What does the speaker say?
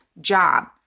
job